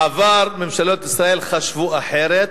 בעבר ממשלות ישראל חשבו אחרת,